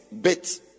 bit